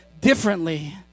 differently